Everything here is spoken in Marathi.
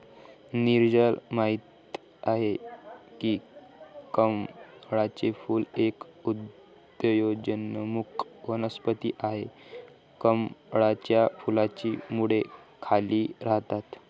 नीरजल माहित आहे की कमळाचे फूल एक उदयोन्मुख वनस्पती आहे, कमळाच्या फुलाची मुळे खाली राहतात